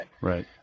Right